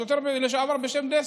שוטר לשעבר בשם דסטה.